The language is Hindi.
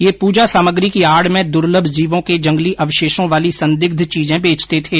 ये पूजा सामग्री की आड में दुर्लभ जीवों के जंगली अवशेषों वाली संदिग्ध चीजें बेचते थे